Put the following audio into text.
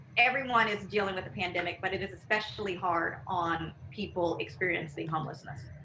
everyone is dealing with the pandemic, but it is especially hard on people experiencing homelessness.